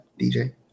DJ